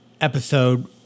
episode